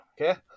okay